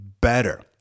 better